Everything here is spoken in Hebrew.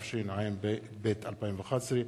התשע"ב 2011,